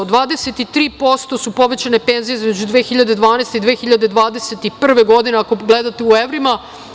Dakle 23% su povećane penzije između 2012. i 2021. godine, ako gledate u evrima.